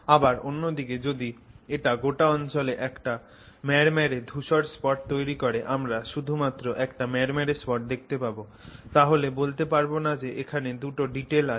আবার অন্য দিকে যদি এটা গোটা অঞ্চলে একটা ম্যাড়ম্যাড়ে ধুসর স্পট তৈরি করে আমরা শুধু একটা ম্যাড়ম্যাড়ে স্পট দেখতে পাবো তাহলে বলতে পারবো না যে এখানে দুটো ডিটেল আছে